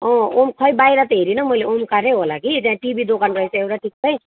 अँ ओउम् खै बाहिर त हेरिनँ मैले ओमकारै होला कि त्यहाँ टिभी दोकान रहेछ एउटा ठिकै